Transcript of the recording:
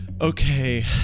Okay